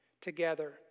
together